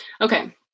Okay